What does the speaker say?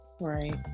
right